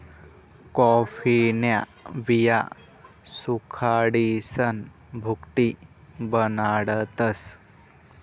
कॉफीन्या बिया सुखाडीसन भुकटी बनाडतस